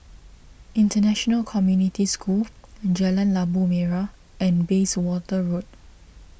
International Community School Jalan Labu Merah and Bayswater Road